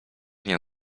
miał